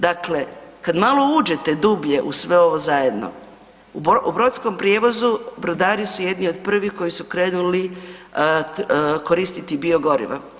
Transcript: Dakle, kad malo uđete dublje u sve ovo zajedno, u brodskom prijevozu brodari su jedni od prvih koji su krenuli koristiti biogoriva.